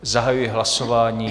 Zahajuji hlasování.